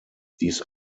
dies